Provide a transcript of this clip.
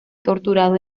torturado